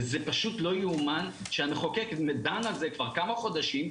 זה פשוט לא יאומן שהמחוקק דן על זה כבר כמה חודשים.